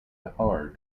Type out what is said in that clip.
bihar